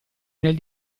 nel